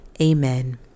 Amen